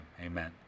amen